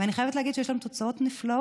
ואני חייבת להגיד שיש לנו תוצאות נפלאות.